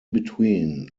between